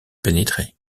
pénétrer